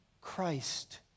Christ